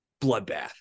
Bloodbath